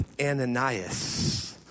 Ananias